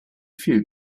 few